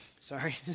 sorry